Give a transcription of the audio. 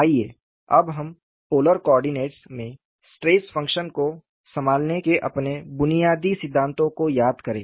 आइए अब हम पोलर कोआर्डिनेट्स में स्ट्रेस फंक्शन को संभालने के अपने बुनियादी सिद्धांतों को याद करे